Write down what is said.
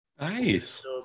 Nice